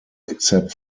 except